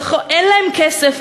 אין להן כסף,